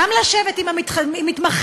גם לשבת עם המתמחים,